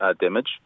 damage